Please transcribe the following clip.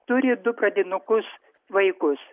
turi du pradinukus vaikus